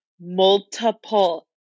multiple